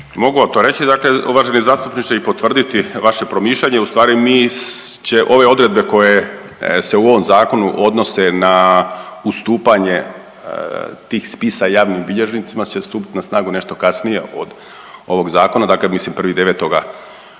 Mogu vam to reći, dakle uvaženi zastupniče i potvrditi vaše promišljanje. Ustvari mi, će ove odredbe koje se u ovom zakonu odnose na ustupanje tih spisa javnih bilježnicima će stupiti na snagu nešto kasnije od ovog zakona. Dakle, 1.9.